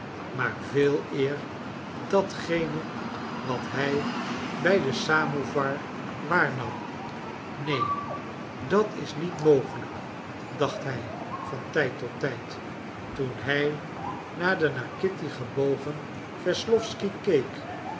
maar veeleer datgene wat hij bij den samowar waarnam neen dat is niet mogelijk dacht hij van tijd tot tijd toen hij naar den naar kitty gebogen wesslowsky keek